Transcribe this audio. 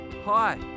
Hi